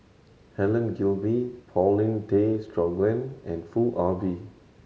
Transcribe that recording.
Helen Gilbey Paulin Tay Straughan and Foo Ah Bee